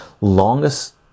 longest